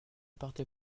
partez